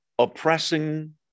oppressing